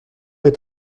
est